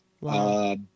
Wow